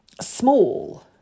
small